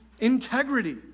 integrity